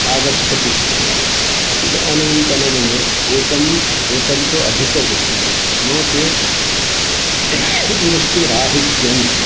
आगच्छति स्म इदानींतनदिने एकम् एकन्तु अधिकवृष्टिः नो चेत् वृष्टिराहित्यम्